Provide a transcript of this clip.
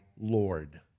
Lord